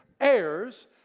heirs